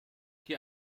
die